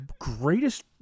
greatest